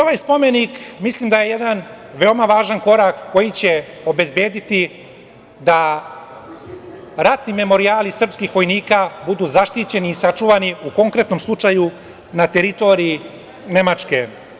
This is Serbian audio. Ovaj spomenik, mislim da je jedan veoma važan korak koji će obezbediti da ratni memorijali srpskih vojnika budu zaštićeni i sačuvani, u konkretnom slučaju na teritoriji Nemačke.